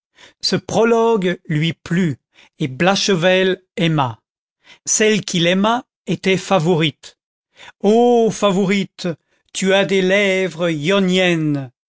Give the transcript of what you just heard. ce prologue lui plut et blachevelle aima celle qu'il aima était favourite ô favourite tu as des lèvres